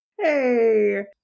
Hey